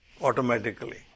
automatically